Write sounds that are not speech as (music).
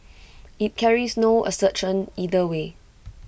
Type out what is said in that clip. (noise) IT carries no assertion either way